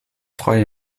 freue